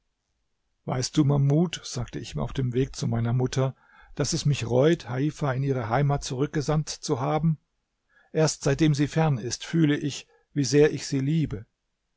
weißt du mahmud sagte ich ihm auf dem weg zu meiner mutter daß es mich reut heifa in ihre heimat zurückgesandt zu haben erst seitdem sie fern ist fühle ich wie sehr ich sie liebe